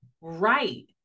Right